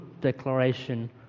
declaration